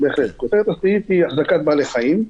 כותרת הסעיף היא "החזקת בעלי חיים".